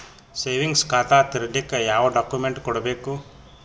Savings ಖಾತಾ ತೇರಿಲಿಕ ಯಾವ ಡಾಕ್ಯುಮೆಂಟ್ ಕೊಡಬೇಕು?